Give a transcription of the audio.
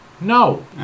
No